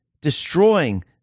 destroying